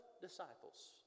disciples